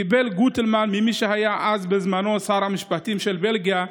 גוטלמן קיבל ממי שהיה אז בזמנו שר המשפטים של בלגיה,